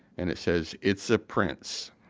and it says, it's a prince.